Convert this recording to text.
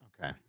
Okay